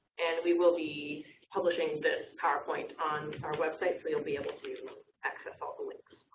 and we will be publishing this powerpoint on our website, so you'll be able to access all the links.